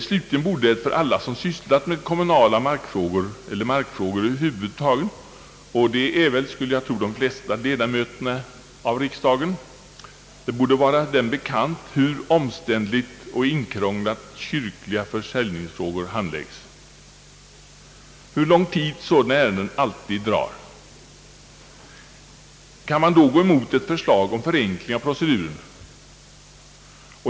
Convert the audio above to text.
Slutligen borde det för alla som sysslat med kommunala markfrågor eller markfrågor över huvud — och det har väl de flesta av riksdagens ledamöter — vara bekant hur omständligt och inkrånglat kyrkliga = försäljningsfrågor handläggs, hur lång tid sådana ärenden alltid drager. Kan man då gå emot ett försiag om förenkling av proceduren?